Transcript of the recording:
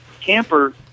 camper